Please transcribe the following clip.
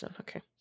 okay